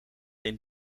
een